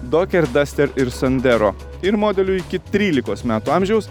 doker daster ir sandero ir modelių iki trylikos metų amžiaus